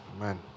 Amen